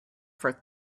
for